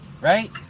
Right